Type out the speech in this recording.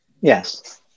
Yes